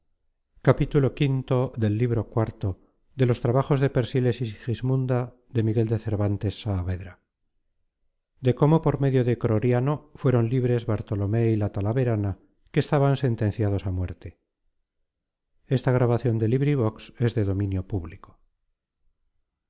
v de cómo por medio de croriano fueron libres bartolomé y la talaverana que estaban sentenciados á muerte